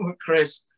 Chris